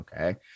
Okay